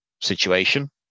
situation